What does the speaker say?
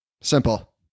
Simple